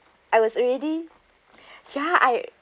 I was already ya I